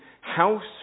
house